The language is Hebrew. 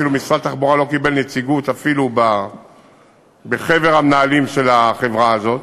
משרד התחבורה לא קיבל נציגות אפילו בחבר המנהלים של החברה הזאת.